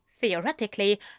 theoretically